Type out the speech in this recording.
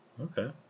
Okay